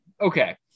Okay